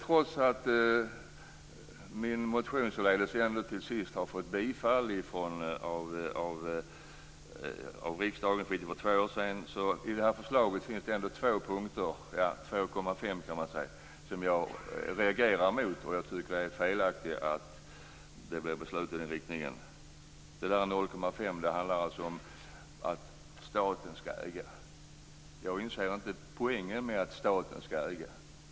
Trots att min motion således ändå till sist har fått bifall av riksdagen - det fick den för två år sedan - finns det ändå två och en halv punkter i detta förslag som jag reagerar mot, och jag tycker att det är fel att det blir beslut i den riktningen. Den halva punkten handlar om att staten skall äga. Jag inser inte poängen med att staten skall äga.